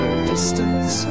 distance